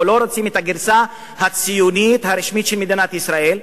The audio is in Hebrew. או לא רוצים את הגרסה הציונית הרשמית של מדינת ישראל,